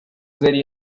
zari